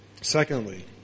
Secondly